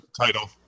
title